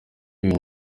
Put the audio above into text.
ibi